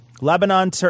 Lebanon